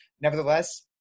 Nevertheless